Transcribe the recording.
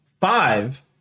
Five